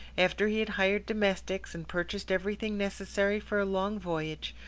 after he had hired domestics, and purchased everything necessary for a long voyage,